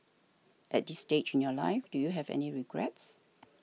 at this stage in your life do you have any regrets